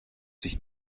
sich